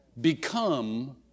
Become